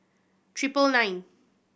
triple nine